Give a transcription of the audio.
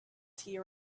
tea